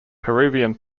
peruvian